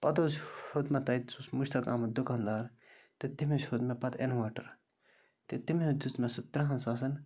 پَتہٕ حظ ہیوٚت مےٚ تَتہِ سُہ اوس مُشتاق احمد دُکاندار تہٕ تٔمِس ہیوٚت مےٚ پَتہٕ اِنوٲٹَر تہِ تٔمۍ حظ دیُت مےٚ سُہ تٕرٛہن ساسَن